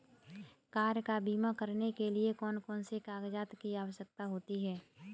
Car का बीमा करने के लिए कौन कौन से कागजात की आवश्यकता होती है?